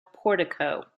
portico